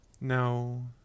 No